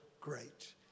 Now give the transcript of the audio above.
great